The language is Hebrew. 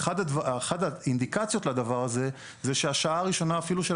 אחת האינדיקציות לדבר הזה היא שאפילו השעה הראשונה של